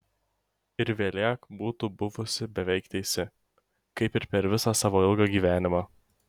ir vėlek būtų buvusi beveik teisi kaip ir per visą savo ilgą gyvenimą